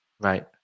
Right